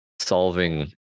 solving